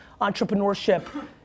entrepreneurship